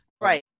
Right